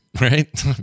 right